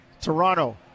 toronto